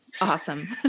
Awesome